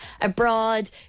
abroad